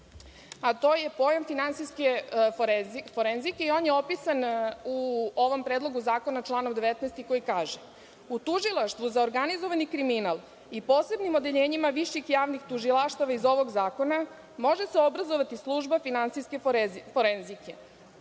a to je pojam finansijske forenzike i on je opisan u ovom predlogu zakona, član 19, koji kaže – u Tužilaštvu za organizovani kriminal i posebnim odeljenjima Viših javnih tužilaštava iz ovog zakona može se obrazovati služba finansijske forenzike.